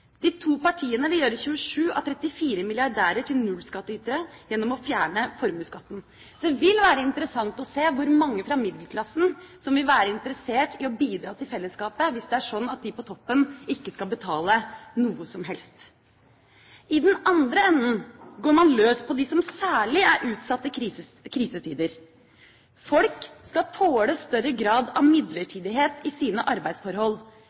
De to partiene vil gjøre 27 av 34 milliardærer til nullskattytere gjennom å fjerne formuesskatten. Det vil være interessant å se hvor mange fra middelklassen som vil være interessert i å bidra til fellesskapet, hvis det er slik at de på toppen ikke skal betale noe som helst. I den andre enden går man løs på dem som særlig er utsatt i krisetider. Folk skal tåle større grad av midlertidighet i sine arbeidsforhold.